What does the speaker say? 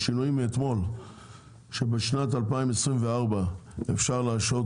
והשינויים מאתמול שבשנת 2024 אפשר להשהות